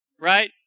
Right